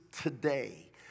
today